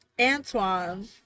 antoine